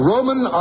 Roman